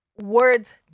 words